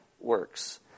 works